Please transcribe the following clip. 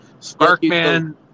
Sparkman